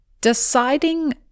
Deciding